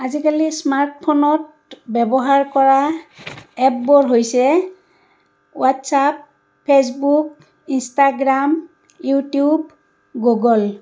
আজিকালি স্মাৰ্টফোনত ব্যৱহাৰ কৰা এপবোৰ হৈছে WhatsApp Facebook Instagram YouTube Google